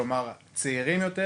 כלומר צעירים יותר